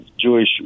Jewish